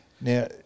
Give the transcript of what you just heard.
Now